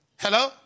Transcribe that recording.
Hello